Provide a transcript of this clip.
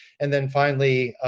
and then finally,